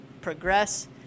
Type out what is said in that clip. progress